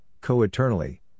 co-eternally